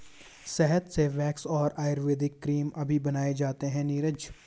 शहद से वैक्स और आयुर्वेदिक क्रीम अभी बनाए जाते हैं नीरज